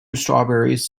strawberries